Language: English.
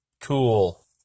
cool